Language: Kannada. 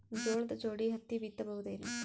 ಜೋಳದ ಜೋಡಿ ಹತ್ತಿ ಬಿತ್ತ ಬಹುದೇನು?